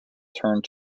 turned